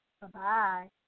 Bye-bye